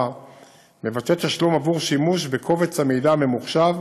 מבטא תשלום עבור שימוש בקובץ המידע הממוחשב